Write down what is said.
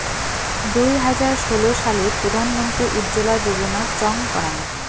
দুই হাজার ষোলো সালে প্রধান মন্ত্রী উজ্জলা যোজনা চং করাঙ